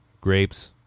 grapes